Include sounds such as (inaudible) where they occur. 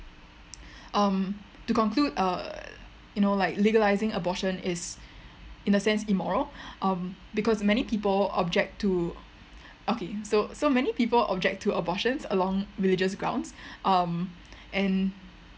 um to conclude uh you know like legalising abortion is in a sense immoral (breath) um because many people object to okay so so many people object to abortions along religious grounds um and